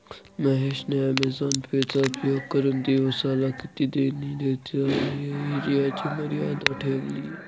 महेश ने Amazon pay चा उपयोग करुन दिवसाला किती देणी देता येईल याची मर्यादा ठरवली